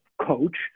coach